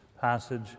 passage